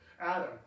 Adam